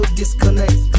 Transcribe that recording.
disconnect